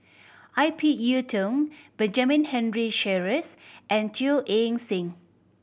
I P Yiu Tung Benjamin Henry Sheares and Teo Eng Seng